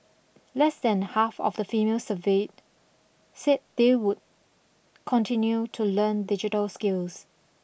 less than half of the females surveyed said they would continue to learn digital skills